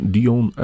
Dion